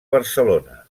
barcelona